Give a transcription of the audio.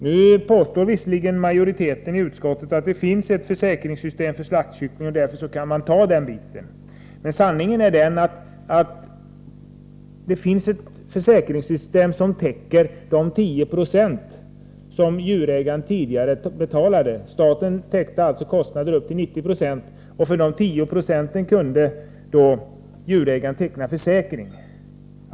Nu påstår visserligen majoriteten i utskottet att det finns ett försäkringssystem för slaktkycklingar och att man därför nu kan acceptera den delen. Men sanningen är den att det finns ett försäkringssystem som täcker de 10 96 av kostnaderna som djurägaren tidigare betalade. Staten täckte kostnaderna upp till 90 26. För de återstående 10 96 kunde djurägaren teckna en försäkring.